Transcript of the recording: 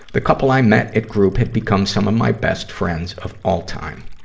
the couple i met at group have become some of my best friends of all time.